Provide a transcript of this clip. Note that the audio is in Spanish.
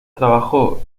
trabajó